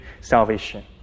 salvation